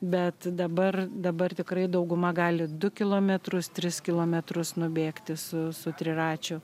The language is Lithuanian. bet dabar dabar tikrai dauguma gali du kilometrus tris kilometrus nubėgti su su triračiu